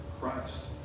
Christ